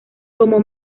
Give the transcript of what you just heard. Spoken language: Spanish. como